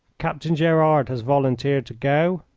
captain gerard has volunteered to go,